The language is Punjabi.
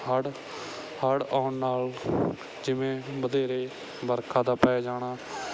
ਹੜ੍ਹ ਹੜ੍ਹ ਆਉਣ ਨਾਲ ਜਿਵੇਂ ਵਧੇਰੇ ਵਰਖਾ ਦਾ ਪੈ ਜਾਣਾ